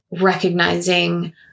recognizing